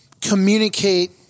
communicate